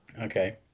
Okay